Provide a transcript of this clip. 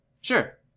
Sure